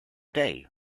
day